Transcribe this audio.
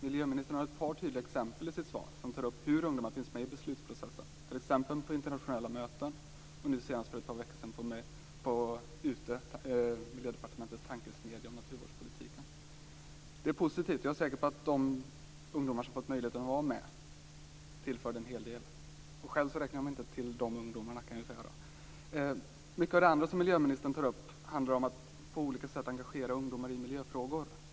Miljöministern har ett par tydliga exempel i sitt svar som tar upp hur ungdomar finns med i beslutsprocessen, t.ex. på internationella möten och nu senast för ett par veckor sedan på Utö på Miljödepartementets tankesmedja om naturvårdspolitiken. Det är positivt, och jag är säker på att de ungdomar som fått möjligheten att vara med tillförde en hel del. Och själv räknar jag mig inte till de ungdomarna. Mycket av det andra som miljöministern tar upp handlar om att på olika sätt engagera ungdomar i miljöfrågor.